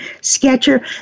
Sketcher